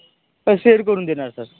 sir share करून देणार sir